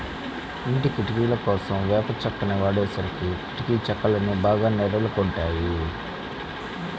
ఇంటి కిటికీలకోసం వేప చెక్కని వాడేసరికి కిటికీ చెక్కలన్నీ బాగా నెర్రలు గొట్టాయి